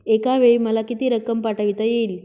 एकावेळी मला किती रक्कम पाठविता येईल?